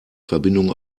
verbindung